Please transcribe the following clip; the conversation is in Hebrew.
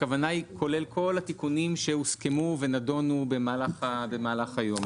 הכוונה היא כולל כל התיקונים שהוסכמו ונידונו במהלך היום.